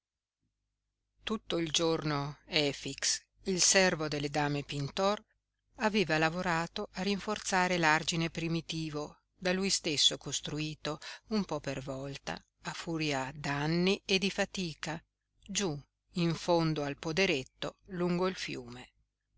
tutto il giorno efix il servo delle dame pintor aveva lavorato a rinforzare l'argine primitivo da lui stesso costruito un po per volta a furia d'anni e di fatica giú in fondo al poderetto lungo il fiume